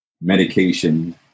medication